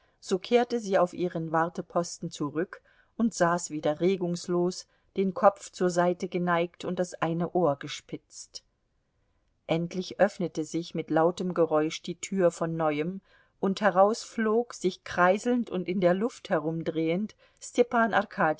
so kehrte sie auf ihren warteposten zurück und saß wieder regungslos den kopf zur seite geneigt und das eine ohr gespitzt endlich öffnete sich mit lautem geräusch die tür von neuem und heraus flog sich kreiselnd und in der luft herumdrehend stepan